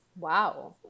Wow